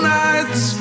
nights